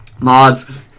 Mods